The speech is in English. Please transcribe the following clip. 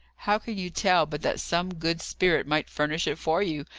how can you tell but that some good spirit might furnish it for you?